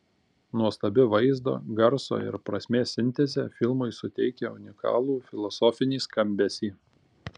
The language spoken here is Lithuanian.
nuostabi vaizdo garso ir prasmės sintezė filmui suteikia unikalų filosofinį skambesį